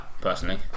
personally